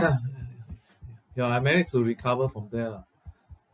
ya I managed to recover from there ah